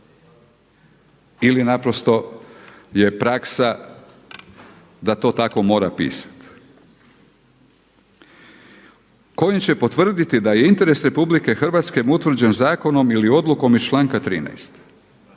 ili naprosto je praksa da to tako mora pisati? Kojim će potvrditi da je interes RH utvrđen zakonom ili odlukom iz članka 13.